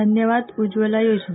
धन्यवाद उज्वला योजना